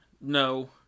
No